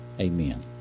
Amen